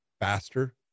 faster